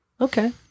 Okay